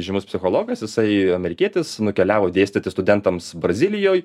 žymus psichologas jisai amerikietis nukeliavo dėstyti studentams brazilijoj